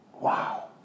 Wow